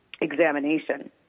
examination